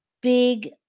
big